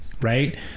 right